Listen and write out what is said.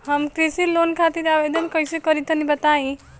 हम कृषि लोन खातिर आवेदन कइसे करि तनि बताई?